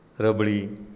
rabri